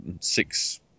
six